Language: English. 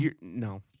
No